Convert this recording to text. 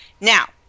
now